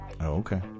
Okay